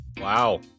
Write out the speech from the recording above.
wow